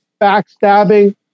backstabbing